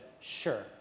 sure